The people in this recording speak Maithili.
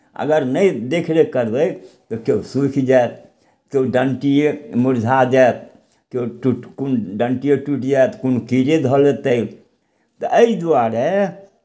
अगर नहि देखरेख करबै तऽ केओ सूखि जायत केओ डण्टिए मुरझा जायत केओ टूटि कुन् डण्टिए टूटि जायत कोनो कीड़े धऽ लेतै तऽ एहि दुआरे